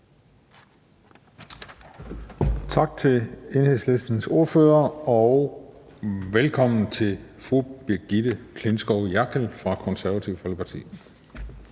Tak til Enhedslistens ordfører, og velkommen til fru Brigitte Klintskov Jerkel fra Det Konservative Folkeparti.